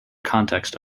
context